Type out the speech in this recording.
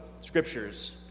scriptures